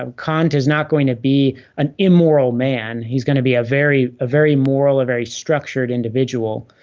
um kant is not going to be an immoral man, he's going to be a very a very moral, a very structured individual.